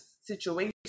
situation